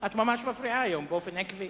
את ממש מפריעה היום באופן עקבי.